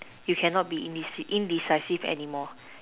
you cannot be indice~ indecisive anymore